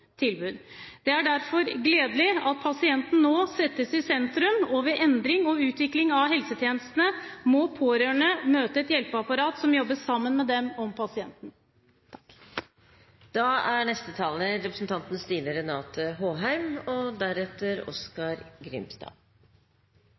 tilbud. Det er derfor gledelig at pasienten nå settes i sentrum, og ved endring og utvikling av helsetjenestene må pårørende møte et hjelpeapparat som jobber sammen med dem om pasienten. Sammen med utdanning, helse og arbeidsliv er